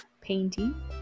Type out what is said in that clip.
painting